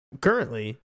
Currently